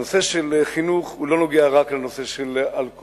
הנושא של חינוך לא נוגע רק לנושא של אלכוהול,